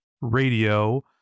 radio